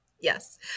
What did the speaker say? Yes